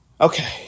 Okay